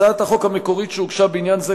הצעת החוק המקורית שהוגשה בעניין זה,